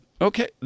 Okay